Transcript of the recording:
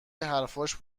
حرفاش